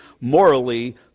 morally